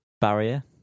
barrier